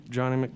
Johnny